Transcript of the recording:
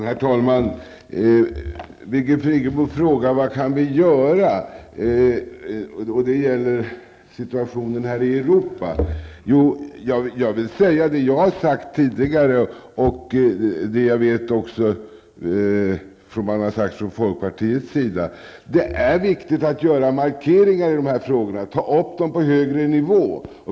Herr talman! Birgit Friggebo frågar vad vi kan göra. Det gäller situationen i Europa. Jag säger det jag har sagt tidigare och som jag vet har framförts från folkpartiets sida. Det är viktigt att göra markeringar i dessa frågor och ta upp dem på högre nivå.